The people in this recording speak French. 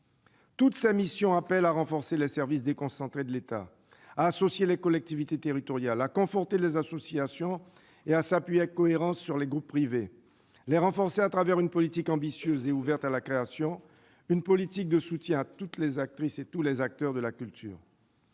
Toutes ces missions appellent à renforcer les services déconcentrés de l'État, à associer les collectivités territoriales, à conforter les associations et à s'appuyer avec cohérence sur les groupes privés. Il faut les renforcer à travers une politique ambitieuse et ouverte à la création, une politique de soutien à toutes les actrices et à tous les acteurs de la culture.